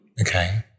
Okay